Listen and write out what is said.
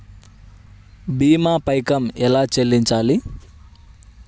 భీమా పైకం ఎలా చెల్లించాలి?